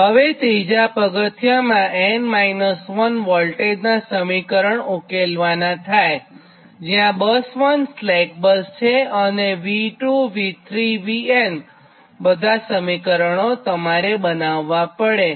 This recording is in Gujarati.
હવે ત્રીજા પગથિયામાં n 1 વોલ્ટેજનાં સમીકરણ ઉકેલવાનાં થાય છેજ્યાં બસ 1 સ્લેક બસ છે અને V2V3Vn બધાં સમીકરણો તમારે બનાવ્વા પડે છે